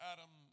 Adam